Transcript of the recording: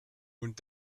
und